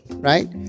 right